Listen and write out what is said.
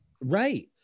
Right